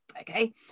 Okay